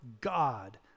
God